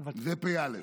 זה פ"א.